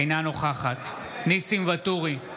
אינה נוכחת ניסים ואטורי,